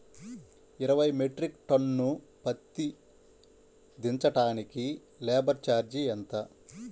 ఇరవై metric ton పత్తి దించటానికి లేబర్ ఛార్జీ ఎంత?